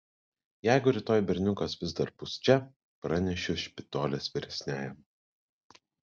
jeigu rytoj berniukas vis dar bus čia pranešiu špitolės vyresniajam